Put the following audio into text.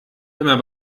immer